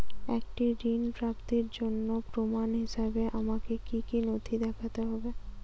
একটি ঋণ প্রাপ্তির জন্য প্রমাণ হিসাবে আমাকে কী কী নথি দেখাতে হবে?